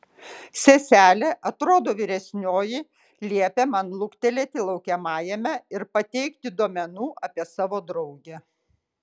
seselė atrodo vyresnioji liepė man luktelėti laukiamajame ir pateikti duomenų apie savo draugę